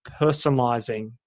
personalizing